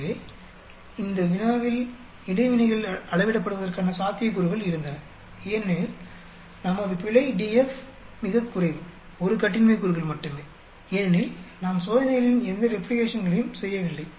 எனவே இந்த வினாவில் இடைவினைகள் அளவிடப்படுவதற்கான சாத்தியக்கூறுகள் இருந்தன ஆனால் நமது பிழை DF மிகக் குறைவு1 கட்டின்மை கூறுகள் மட்டுமே ஏனெனில் நாம் சோதனைகளின் எந்த ரெப்ளிகேஷன்களையும் செய்யவில்லை